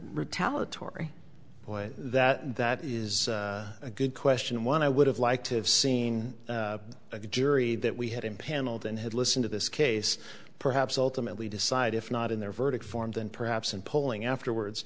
retaliatory boy that that is a good question and one i would have liked to have seen a jury that we had impaneled and had listen to this case perhaps ultimately decide if not in their verdict form than perhaps in polling afterwards